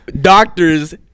doctors